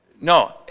No